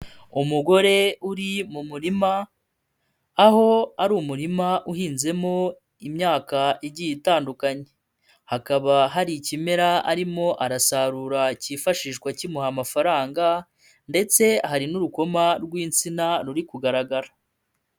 Umugore uri mu murima, aho ari umurima uhinzemo imyaka igiye itandukanye, hakaba hari ikimera arimo arasarura cyifashishwa kimuha amafaranga ndetse hari n'urukoma rw'insina ruri kugaragara.